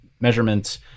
measurements